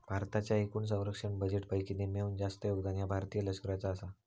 भारताच्या एकूण संरक्षण बजेटपैकी निम्म्याहून जास्त योगदान ह्या भारतीय लष्कराचा आसा